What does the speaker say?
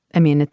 i mean,